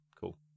cool